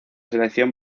selección